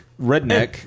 redneck